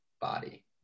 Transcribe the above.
body